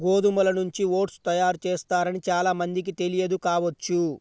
గోధుమల నుంచి ఓట్స్ తయారు చేస్తారని చాలా మందికి తెలియదు కావచ్చు